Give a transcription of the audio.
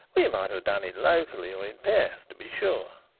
we might have done it locally or in perth, to be sure,